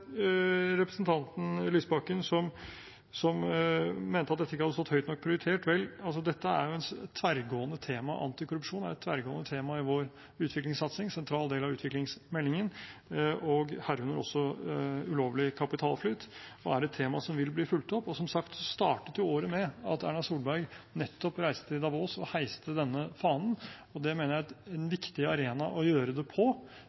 representanten Lysbakken, som mente at dette ikke hadde vært høyt nok prioritert: Vel, antikorrupsjon er et tverrgående tema i vår utviklingssatsing og en sentral del av utviklingsmeldingen, herunder også ulovlig kapitalflyt, og det er et tema som vil bli fulgt opp. Som sagt startet året med at Erna Solberg reiste til Davos og heiste nettopp denne fanen, og det mener jeg er en viktig arena å gjøre det på.